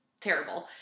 terrible